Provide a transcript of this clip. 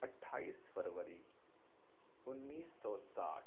اٹھائیس فروری انیس سو ساٹھ